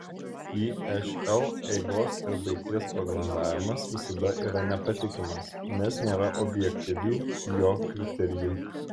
išl eigos ir baigties prognozavimas visada yra nepatikimas nes nėra objektyvių jo kriterijų